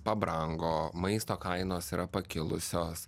pabrango maisto kainos yra pakilusios